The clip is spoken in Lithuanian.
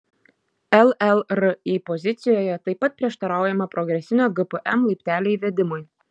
llri pozicijoje taip pat prieštaraujama progresinio gpm laiptelio įvedimui